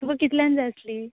तुका कितल्यान जाय आसली